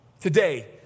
Today